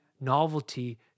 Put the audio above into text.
novelty